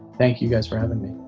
thank you guys for having me.